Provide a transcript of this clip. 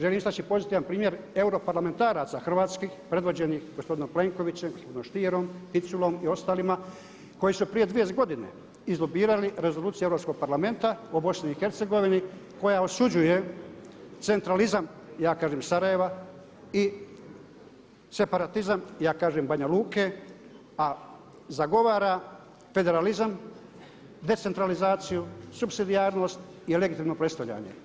Želim istači pozitivan primjer europarlamentaraca hrvatskih predvođenih gospodinom Plenkovićem, gospodinom Stierom, Piculom i ostalima koji su prije 30 godina izlobirali Rezoluciju Europskog parlamenta o Bosni i Hercegovini koja osuđuje centralizam ja kažem Sarajeva i separatizam ja kažem Banja Luke, a zagovara federalizam, decentralizaciju, supsidijarnost i legitimno predstavljanje.